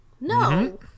No